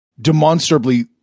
demonstrably